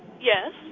Yes